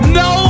no